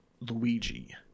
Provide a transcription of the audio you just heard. luigi